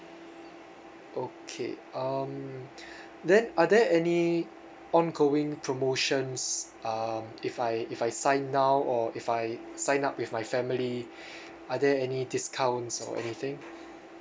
okay um then are there any ongoing promotions um if I if I sign up now or if I sign up with my family are there any discounts or anything